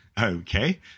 Okay